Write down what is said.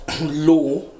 law